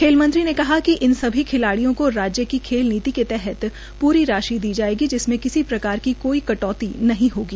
खेल मंत्री ने कहा कि इन सभी खिलाड़ियों को राज्य की खेल नीति के तहत पूरी राशि दी जायेगी जिनमें किसी प्रकार की कोई कटौती नहीं होगी